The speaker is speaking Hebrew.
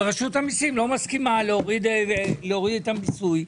ורשות המיסים לא מסכימה להוריד את המיסוי.